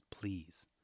please